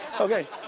Okay